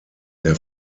der